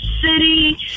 City